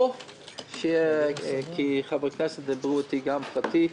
כי חברי כנסת דיברו אתי גם פרטי,